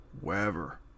wherever